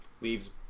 Leaves